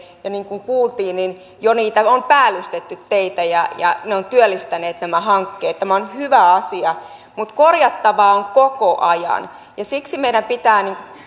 ja niin kuin kuultiin niitä teitä on jo päällystetty ja ja nämä hankkeet ovat työllistäneet tämä on hyvä asia mutta korjattavaa on koko ajan ja siksi meidän pitää